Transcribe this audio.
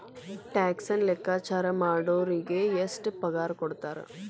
ಟ್ಯಾಕ್ಸನ್ನ ಲೆಕ್ಕಾಚಾರಾ ಮಾಡೊರಿಗೆ ಎಷ್ಟ್ ಪಗಾರಕೊಡ್ತಾರ??